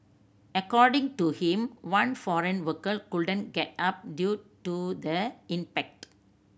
according to him one foreign worker couldn't get up due to the impact